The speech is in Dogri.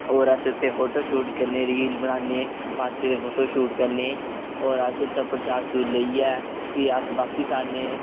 और अस उत्थै फोटो शूट करने आं रील बनान्ने आं माता दे फोटो शोट करने और अस उत्थै प्रसाद बगैरा लेइये़ प्ही अस बापिस औने